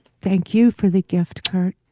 thank you for the gift